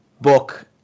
book